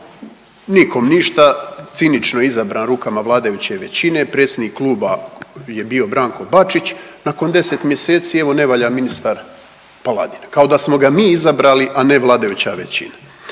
Nikom ništa, cinično je izabran rukama vladajuće većine, predsjednik kluba je bio Branko Bačić. Nakon 10 mjeseci evo ne valja ministar Paladina, kao da smo ga mi izabrali a ne vladajuća većina.